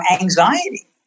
anxiety